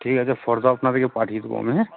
ঠিক আছে ফর্দ আপনাদিকে পাঠিয়ে দেবো আমি হ্যাঁ